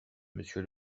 monsieur